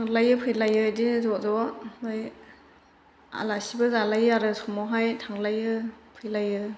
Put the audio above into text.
थांलाययो फैलाययो बिदिनो ज' ज' आलासिबो जालायो आरो समावहाय थांलायो फैलायो